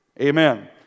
amen